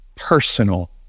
personal